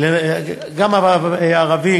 גם הערבי,